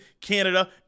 Canada